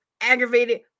aggravated